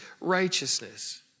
righteousness